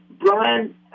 Brian